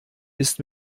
ist